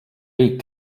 riik